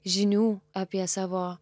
žinių apie savo